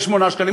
ב-8 שקלים.